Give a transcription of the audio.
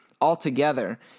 altogether